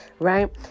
Right